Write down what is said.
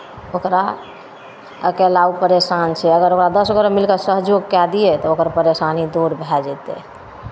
ओकरा अकेला ओ परेशान छै अगर ओकरा दस गोटे मिलि कऽ सहयोग कए दियै तऽ ओकर परेशानी दूर भए जेतै